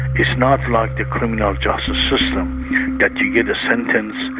it's not like the criminal justice system that you get a sentence,